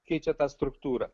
keičia tą struktūrą